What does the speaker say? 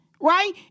right